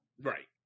Right